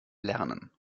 lernen